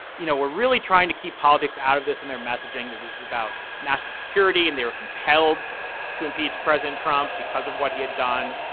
you know, we're really trying to keep politics out of this in their messaging, that this is about national security and they're compelled to impeach president trump because of what he had done.